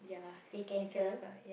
they cancel